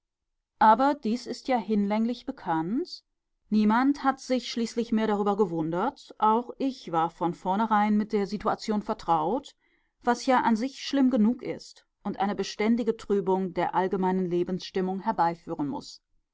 aber dies ist ja hinlänglich bekannt niemand hat sich schließlich mehr darüber gewundert auch ich war von vornherein mit der situation vertraut was ja an sich schlimm genug ist und eine beständige trübung der allgemeinen lebensstimmung herbeiführen muß